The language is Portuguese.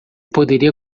poderia